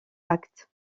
actes